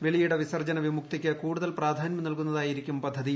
വെളിയിട വിസർജ്ജന വിമുക്തിക്ക് കൂടുതൽ പ്രാധാന്യാ നൽകുന്നതായിരിക്കും പദ്ധതി